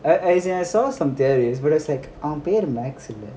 e~ as in I saw some theories but it's like அவன்பேரென்ன:avan perenna max இல்ல:illa